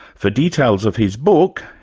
for details of his book,